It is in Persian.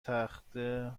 تخته